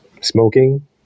Smoking